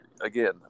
Again